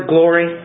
Glory